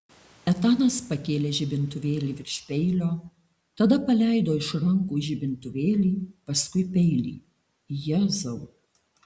etanas pakėlė žibintuvėlį virš peilio tada paleido iš rankų žibintuvėlį paskui peilį jėzau